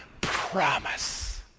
promise